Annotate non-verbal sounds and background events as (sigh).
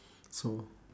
(breath) so